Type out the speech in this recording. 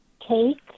cake